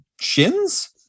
shins